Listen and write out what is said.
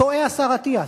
טועה השר אטיאס.